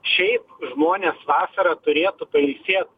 šiaip žmonės vasarą turėtų pailsėt